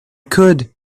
could